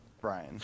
Brian